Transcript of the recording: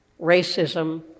racism